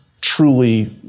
truly